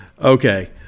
Okay